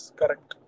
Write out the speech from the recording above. correct